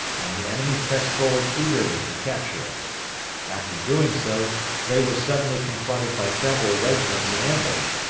and the enemy pressed forward eagerly to capture it after doing so they were suddenly confronted by several regiments in ambush,